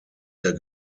der